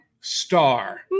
Star